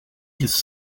his